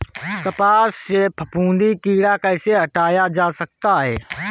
कपास से फफूंदी कीड़ा कैसे हटाया जा सकता है?